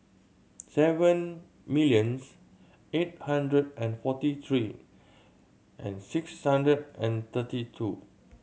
seven millions eight hundred and forty three and six hundred and thirty two